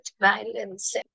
violence